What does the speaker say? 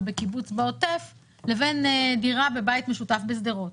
בקיבוץ בעוטף לבין דירה בבית משותף בשדרות.